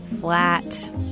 flat